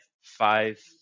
five